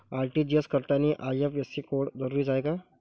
RTGS करतांनी IFSC code जरुरीचा हाय का?